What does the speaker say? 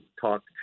talk